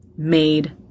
Made